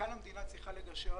וכאן המדינה צריכה לגשר.